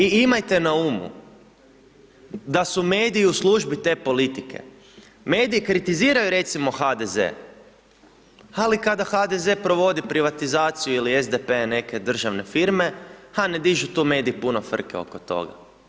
I imajte na umu, da su mediji u službi te politike, mediji kritiziraju recimo HDZ, ali kada HDZ provodi privatizaciju ili SDP, neke državne firme, a ne dižu tu mediji puno frke oko toga.